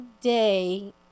day